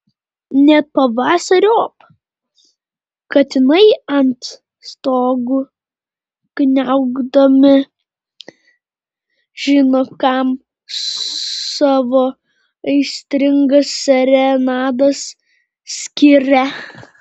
net pavasariop katinai ant stogų kniaukdami žino kam savo aistringas serenadas skiria